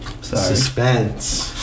Suspense